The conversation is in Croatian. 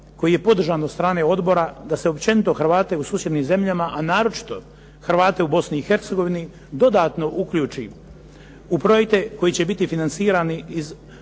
koji je podržan od strane odbora da se općenito Hrvate u susjednim zemljama, a naročito Hrvate u Bosni i Hercegovini dodatno uključi u projekte koji će biti financirani iz